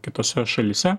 kitose šalyse